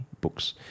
books